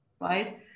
Right